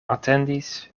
atendis